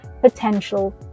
potential